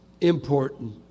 important